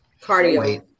Cardio